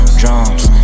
drums